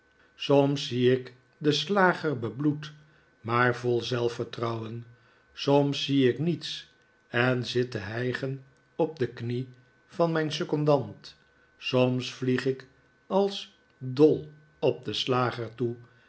soms zie ik den slager bebloed maar vol zelfvertrouwen soms zie ik niets en zit te hij gen op de knie van mijn secondant soms vlieg ik als dol op den slager toe